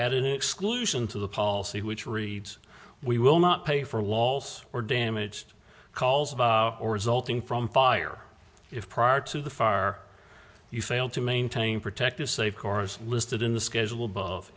add an exclusion to the policy which reads we will not pay for walls or damaged calls or resulting from fire if prior to the far you failed to maintain protective safe cars listed in the schedule above